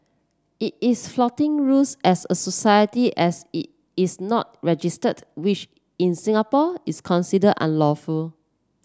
it is flouting rules as a society as it is not registered which in Singapore is considered unlawful